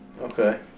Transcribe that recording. Okay